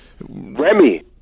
Remy